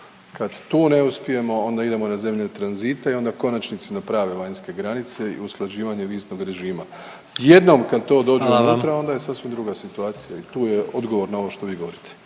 Kad tu ne uspijemo onda idemo na zemlje tranzita i onda u konačnici na prave vanjske granice i usklađivanje viznog režima. Jednom kad to dođe unutra…/Upadica predsjednik: Hvala vam./…onda je sasvim druga situacija i tu je odgovor na ovo što vi govorite.